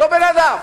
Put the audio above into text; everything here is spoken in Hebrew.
אותו בן-אדם,